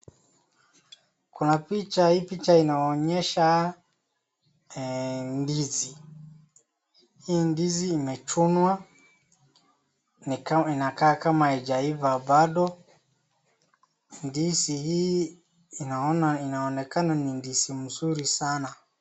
Kuna picha. Hii picha inaonesha eehh, ndizi. Hii ndizi imechunwa. Ni ka-- inakaa kama haijaiva bado. Ndizi hii, inaona-- inaonekana ni ndizi mzuri sana.